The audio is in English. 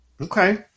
Okay